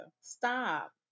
Stop